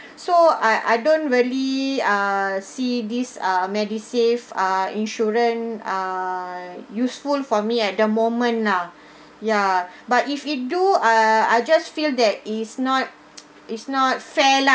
so I I don't really ah see this uh medisave uh insurance uh useful for me at the moment lah ya but if it do ah I just feel that is not is not fair lah